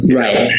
right